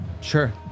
Sure